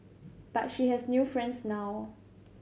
but she has new friends now